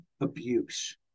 abuse